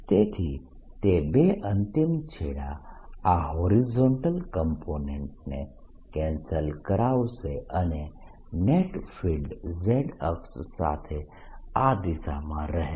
તેથી તે બે અંતિમ છેડા આ હોરિઝોન્ટલ કોમ્પોનેન્ટ ને કેન્સલ કરાવશે અને નેટ ફિલ્ડ z અક્ષ સાથે આ દિશામાં રહેશે